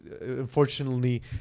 unfortunately